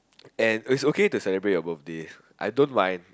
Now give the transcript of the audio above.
and it's okay to celebrate your birthday I don't mind